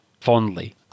fondly